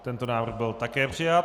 Tento návrh byl také přijat.